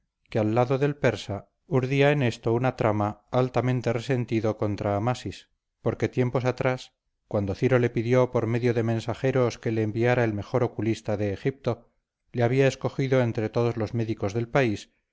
que al lado del persa urdía en esto una trama altamente resentido contra amasis porque tiempos atrás cuando ciro le pidió por medio de mensajeros que le enviara el mejor oculista de egipto le había escogido entre todos los médicos del país